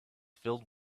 filled